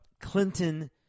Clinton